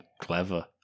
clever